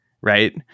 right